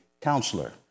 counselor